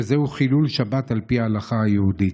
שזהו חילול שבת על פי ההלכה היהודית.